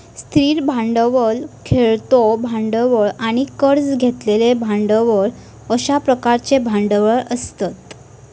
स्थिर भांडवल, खेळतो भांडवल आणि कर्ज घेतलेले भांडवल अश्या प्रकारचे भांडवल असतत